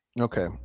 Okay